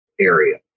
area